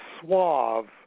suave